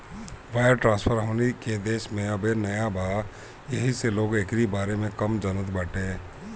wire transfer हमनी के देश में अबे नया बा येही से लोग एकरी बारे में कम जानत बाटे